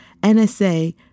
NSA